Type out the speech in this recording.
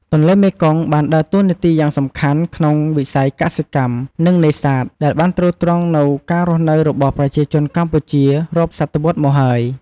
ទន្លេមេគង្គបានដើរតួនាទីយ៉ាងសំខាន់ក្នុងវិស័យកសិកម្ម និង នេសាទ ដែលបានទ្រទ្រង់នូវការរស់នៅរបស់ប្រជាជនកម្ពុជា រាប់សតវត្សរ៍មកហើយ។